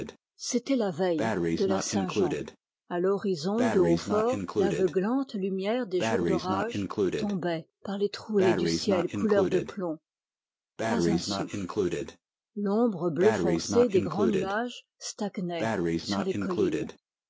c'était la veille de la saint-jean à l'horizon de hautfort l'aveuglante lumière des jours d'orage tombait par les trouées du ciel couleur de plomb pas un souffle l'ombre bleu foncé des grands nuages stagnait sur les collines